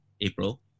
April